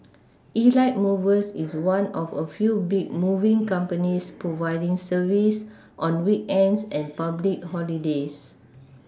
Elite movers is one of a few big moving companies providing service on weekends and public holidays